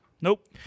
Nope